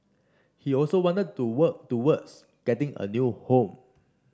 he also wanted to work towards getting a new home